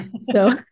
So-